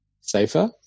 safer